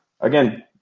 again